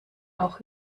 auch